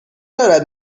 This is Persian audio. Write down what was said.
دارد